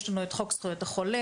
יש לנו את חוק זכויות החולה,